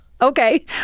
Okay